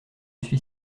suis